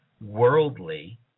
worldly